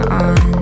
on